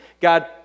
God